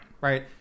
Right